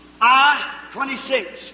I-26